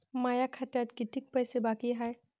माया खात्यात कितीक पैसे बाकी हाय?